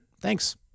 Thanks